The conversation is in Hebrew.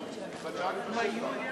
אי-אמון